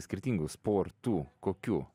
skirtingų sportų kokių